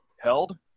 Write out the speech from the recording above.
held